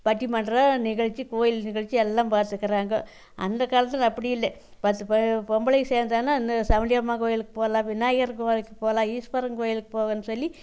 பட்டிமன்ற நிகழ்ச்சி கோயில் நிகழ்ச்சி எல்லாம் பார்த்துக்கறாங்கோ அந்த காலத்தில் அப்படி இல்லை பத்து ப பொம்பளைங்க சேர்ந்தான்னா இன்னும் சாமுண்டி அம்மா கோயிலுக்கு போகலாம் விநாயகர் கோயிலுக்கு போகலாம் ஈஷ்வரன் கோயிலுக்கு போவேன் சொல்லி